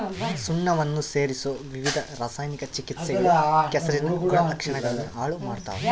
ಸುಣ್ಣವನ್ನ ಸೇರಿಸೊ ವಿವಿಧ ರಾಸಾಯನಿಕ ಚಿಕಿತ್ಸೆಗಳು ಕೆಸರಿನ ಗುಣಲಕ್ಷಣಗುಳ್ನ ಹಾಳು ಮಾಡ್ತವ